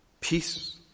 Peace